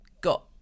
got